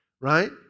right